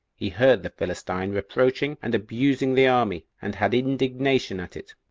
he heard the philistine reproaching and abusing the army, and had indignation at it,